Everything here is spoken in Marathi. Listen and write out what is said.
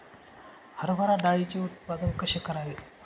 हरभरा डाळीचे उत्पादन कसे करावे?